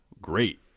Great